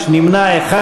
יש נמנע אחד.